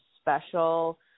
special